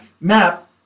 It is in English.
map